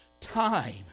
time